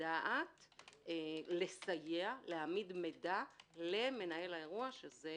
לדעת לסייע להעמיד מידע למנהל האירוע, שזה